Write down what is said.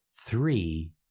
three